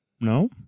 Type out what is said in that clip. No